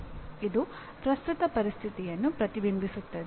ಇದು ಪ್ರಸ್ತುತ ಪರಿಸ್ಥಿತಿಯನ್ನು ಪ್ರತಿಬಿಂಬಿಸುತ್ತದೆ